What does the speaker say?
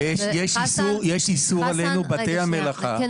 יש איסור עלינו, בתי המלאכה, לקבל.